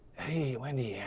hey wendy, yeah